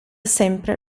sempre